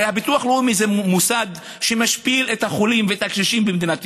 הרי הביטוח הלאומי זה מוסד שמשפיל את החולים ואת הקשישים במדינת ישראל.